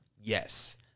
Yes